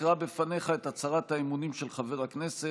אקרא בפניך את הצהרת האמונים של חבר הכנסת,